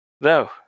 No